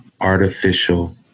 artificial